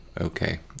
okay